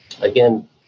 Again